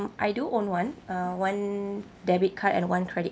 I do own one uh one debit card and one credit